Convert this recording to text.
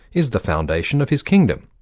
is the foundation of his kingdom,